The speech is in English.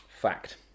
Fact